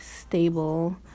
stable